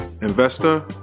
investor